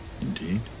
Indeed